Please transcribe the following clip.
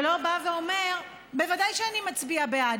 ולא בא ואומר: ודאי שאני מצביע בעד.